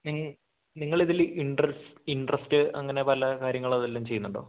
നിങ്ങളിതിൽ interest അങ്ങനെ പല കാര്യങ്ങളും അതെല്ലാം ചെയ്യുന്നുണ്ടോ